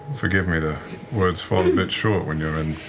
forgive me, the words fall a bit short when you're in